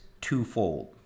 twofold